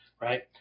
right